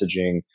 messaging